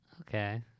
Okay